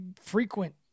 frequent